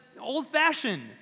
old-fashioned